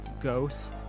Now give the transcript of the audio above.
ghosts